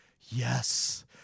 yes